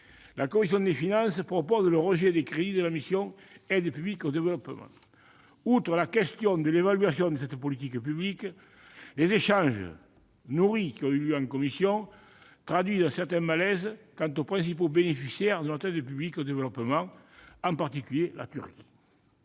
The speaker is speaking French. la commission des finances propose le rejet des crédits de la mission « Aide publique au développement ». Indépendamment de la question de l'évaluation de cette politique publique, les échanges nourris qui ont eu lieu en commission traduisent un certain malaise concernant les principaux bénéficiaires de notre aide publique au développement, en particulier la Turquie.